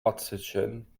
oxygen